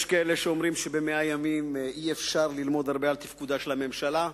יש כאלה שאומרים שב-100 ימים אי-אפשר ללמוד הרבה על תפקודה של הממשלה.